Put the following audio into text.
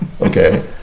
Okay